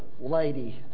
lady